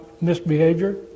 misbehavior